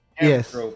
Yes